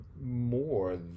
more